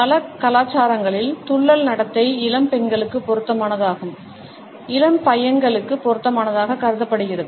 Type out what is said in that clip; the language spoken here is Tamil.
பல கலாச்சாரங்களில் துள்ளல் நடத்தை இளம் பெண்களுக்கு பொருத்தமானதாகவும் இளம் பையன்களுக்கு பொருத்தமற்றதாக கருதப்படுகிறது